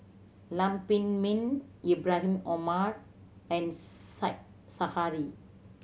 Lam Pin Min Ibrahim Omar and Said Zahari